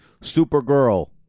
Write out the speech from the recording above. Supergirl